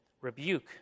rebuke